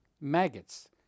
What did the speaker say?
maggots